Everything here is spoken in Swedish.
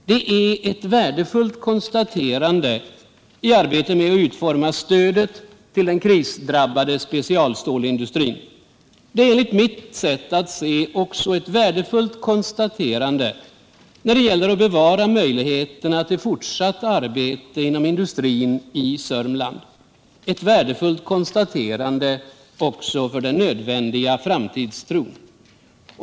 Det är ett värdefullt konstaterande i arbetet med att utforma stödet till den krisdrabbade specialstålindustrin. Det är enligt mitt sätt att se också ett värdefullt konstaterande, när det gäller att bevara möjligheterna till fortsatt arbete inom industrin i Sörmland. Ett värdefullt konstaterande för den nödvändiga framtidstron.